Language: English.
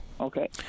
okay